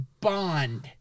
bond